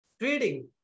Trading